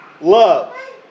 Love